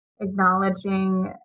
acknowledging